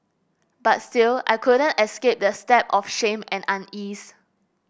but still I couldn't escape the stab of shame and unease